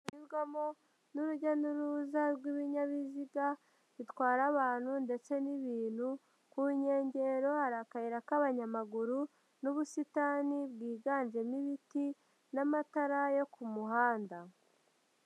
Binyurwamo n'urujya n'uruza rw'ibinyabiziga bitwara abantu ndetse n'ibintu, ku nkengero hari akayira k'abanyamaguru n'ubusitani bwiganjemo ibiti n'amatara yo ku muhanda.